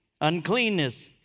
uncleanness